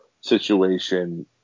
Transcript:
situation